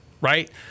right